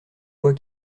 fois